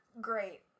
great